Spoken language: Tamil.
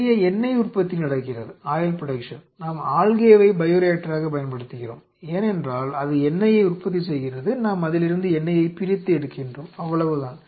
நிறைய எண்ணெய் உற்பத்தி நடக்கிறது நாம் ஆல்கேவை பையோரியாக்டராகப் பயன்படுத்துகிறோம் ஏனென்றால் அது எண்ணெய்யை உற்பத்தி செய்கிறது நாம் அதிலிருந்து எண்ணெயைப் பிரித்து எடுக்கின்றோம் அவ்வளவுதான்